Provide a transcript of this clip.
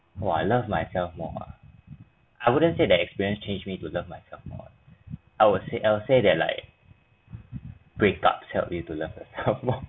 !wah! I love myself more ah I wouldn't say that experience changed me to love myself more I would say I would say that like breakups help you to love yourself lor